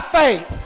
faith